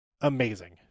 amazing